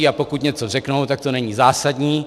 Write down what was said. A pokud něco řeknou, tak to není zásadní.